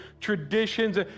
traditions